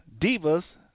divas